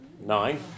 Nine